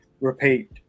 repeat